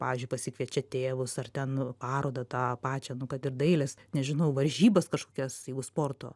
pavyzdžiui pasikviečia tėvus ar ten parodą tą pačią nu kad ir dailės nežinau varžybas kažkokias jeigu sporto